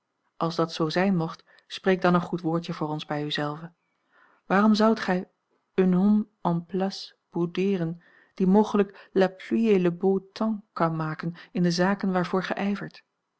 als dat zoo zijn mocht spreek dan een goed woordje voor ons bij u zelve waarom zoudt gij un homme en place boudeeren die mogelijk la pluie et le beau temps kan maken in de zaken waarvoor